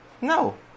No